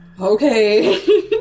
Okay